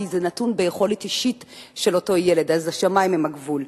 כי זה נתון ביכולת אישית של אותו ילד ואז השמים הם הגבול,